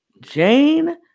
Jane